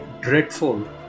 dreadful